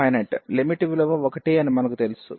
కాబట్టి limit finite limit విలువ 1 అని మనకు తెలుసు